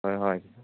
ꯍꯣꯏ ꯍꯣꯏ